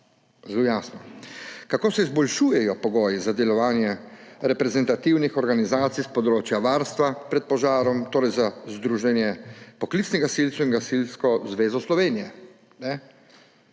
Zelo jasno. »Kako se izboljšujejo pogoji za delovanje reprezentativnih organizacij s področja varstva pred požarom, torej za Združenje slovenskih poklicnih gasilcev in Gasilsko zvezo Slovenije?«